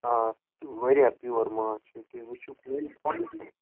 آ واریاہ پیُور ماچھ چھُ ییٚلہِ تُہۍ وٕچھُو